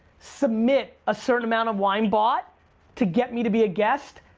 submit a certain amount of wine bought to get me to be a guest,